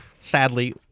sadly